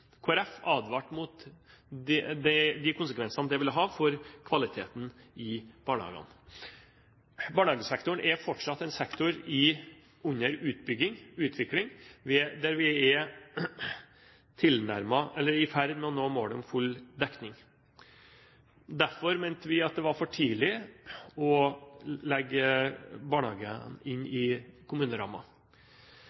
advarte mot de konsekvensene det ville ha for kvaliteten i barnehagene. Barnehagesektoren er fortsatt en sektor under utvikling, der vi er i ferd med å nå målet om full dekning. Derfor mente vi at det var for tidlig å legge barnehagene inn